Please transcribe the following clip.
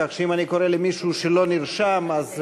כך שאם אני קורא למישהו שלא נרשם אז,